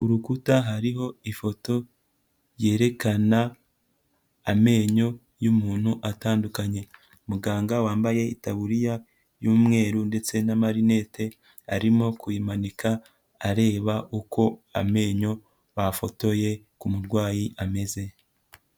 Ku rukuta hariho ifoto yerekana amenyo y'umuntu atandukanye. Muganga wambaye itaburiya y'umweru ndetse n'amarinete arimo kuyimanika areba uko amenyo bafotoye ku murwayi ameze.